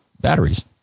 batteries